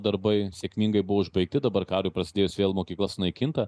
darbai sėkmingai buvo užbaigti dabar karui prasidėjus vėl mokykla sunaikinta